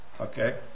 okay